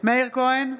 מאיר כהן,